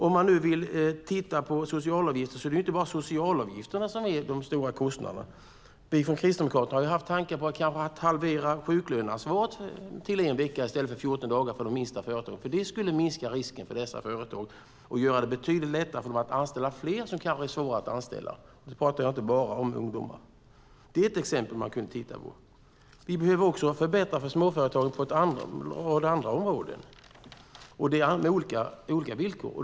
Om man vill titta på socialavgifterna är det inte bara socialavgifterna som är de stora kostnaderna. Vi från Kristdemokraterna har haft tankar på att kanske halvera sjuklöneansvaret till en vecka i stället för 14 dagar för de minsta företagen. Det skulle minska risken för dessa företag och göra det betydligt lättare för dem att anställa fler som kanske är svåra att anställa. Nu talar jag inte bara om ungdomar. Det är ett exempel man kunde titta på. Vi behöver också förbättra för småföretagen på en rad andra områden med olika villkor.